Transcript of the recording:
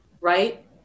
right